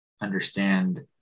understand